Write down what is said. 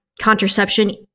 contraception